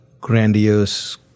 grandiose